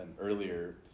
earlier